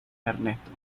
ernesto